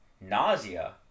nausea